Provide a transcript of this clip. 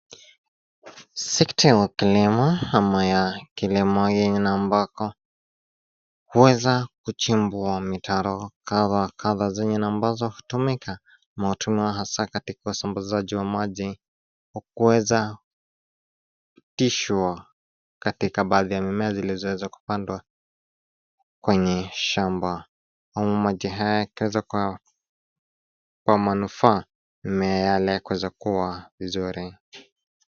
Sekta ya wakulima ama ya kulimo yenye na ambako huweza kuchimbwa mitaro kadhaa wa kadhaa zenye na ambazo hutumika ama hutumiwa hasa katika usambazi wa maji kuweza kupitishwa katika baadhi ya mimea zilizoweza kupandwa kwenye shamba humu maji haya yakiweza kuwa manufaa ya mimea yale kuweza kua vizuri.